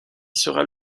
sera